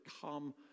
come